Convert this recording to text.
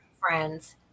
friends